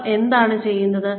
അവർ എന്താണ് ചെയ്യുന്നത്